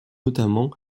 notamment